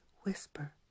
whisper